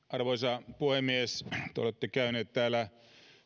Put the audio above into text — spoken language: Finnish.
arvoisa puhemies te olette käyneet täällä